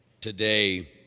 Today